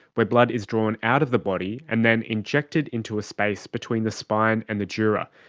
where blood is drawn out of the body and then injected into a space between the spine and the dura,